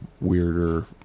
weirder